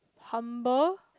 humble